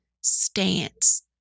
stance